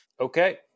okay